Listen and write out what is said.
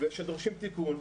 שדורשים תיקון,